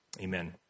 Amen